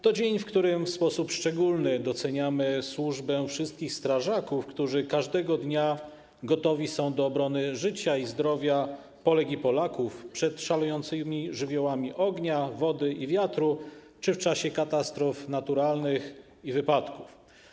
To dzień, w którym w sposób szczególny doceniamy służbę wszystkich strażaków, którzy każdego dnia gotowi są do obrony życia i zdrowia Polek i Polaków, którzy chronią nas przed szalejącymi żywiołami ognia, wody i wiatru czy skutkami katastrof naturalnych i wypadków.